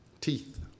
Teeth